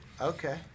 Okay